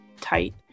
tight